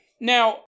Now